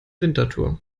winterthur